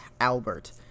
Albert